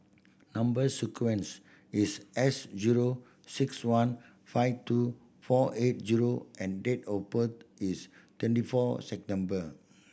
number sequence is S zero six one five two four eight zero and date of birth is twenty four September